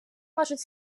можуть